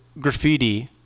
Graffiti